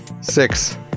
Six